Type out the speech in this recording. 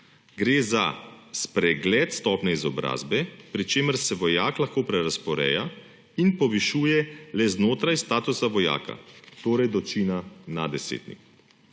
Gre za spregled stopnje izobrazbe, pri čemer se vojak lahko prerazporeja in povišuje le znotraj statusa vojaka, torej do čina naddesetnik.